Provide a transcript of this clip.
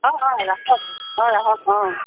অঁ অঁ ৰাখক অঁ ৰাখক অঁ